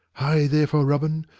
hie therefore, robin,